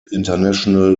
international